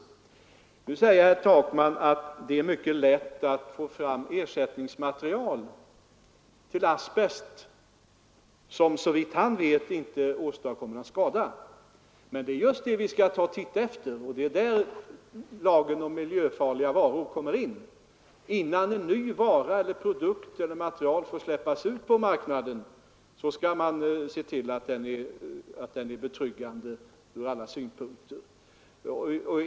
Herr Takman säger att det är mycket lätt att få fram ersättningsmaterial för asbest vilka såvitt han vet inte åstadkommer någon skada. Men det är just detta vi skall undersöka, och det är där lagen om miljöfarliga varor kommer in. Innan en ny produkt eller ett nytt material får släppas ut på marknaden skall man se till att säkerheten är betryggande ur alla synpunkter.